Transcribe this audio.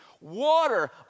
water